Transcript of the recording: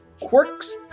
quirks